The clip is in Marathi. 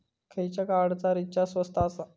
खयच्या कार्डचा रिचार्ज स्वस्त आसा?